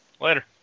Later